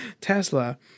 Tesla